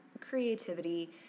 creativity